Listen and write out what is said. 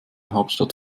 hauptstadt